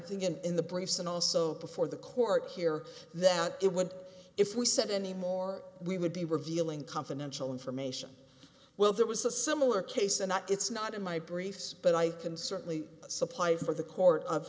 think in in the briefs and also before the court here that it would if we said any more we would be revealing confidential information well there was a similar case and it's not in my briefs but i can certainly supply for the court of